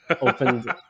opened